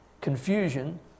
confusion